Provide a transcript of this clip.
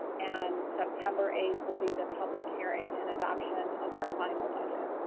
and september eighth will be the public hearing and adoption of our final budget.